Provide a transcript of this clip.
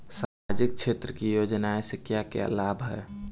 सामाजिक क्षेत्र की योजनाएं से क्या क्या लाभ है?